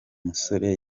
musore